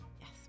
yes